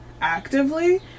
actively